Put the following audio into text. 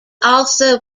also